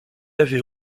avait